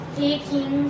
taking